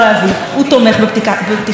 והוא תומך בנישואים אזרחיים,